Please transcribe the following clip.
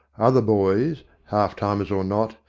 other boys, half-timers or not,